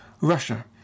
Russia